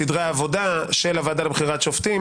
סדרי העבודה של הוועדה לבחירת השופטים